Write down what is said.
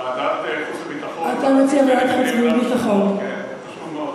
ועדת חוץ וביטחון, חשוב מאוד.